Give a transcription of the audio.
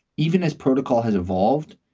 even as protocol has evolved.